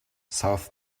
south